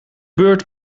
beurt